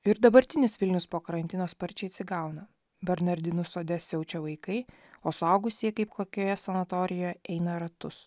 ir dabartinis vilnius po karantino sparčiai atsigauna bernardinų sode siaučia vaikai o suaugusieji kaip kokioje sanatorijoje eina ratus